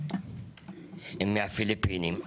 הם מהפיליפינים.